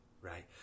right